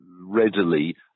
readily